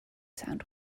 sound